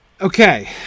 okay